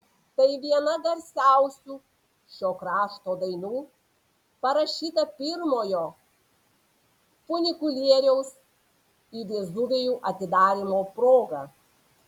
tai viena garsiausių šio krašto dainų parašyta pirmojo funikulieriaus į vezuvijų atidarymo proga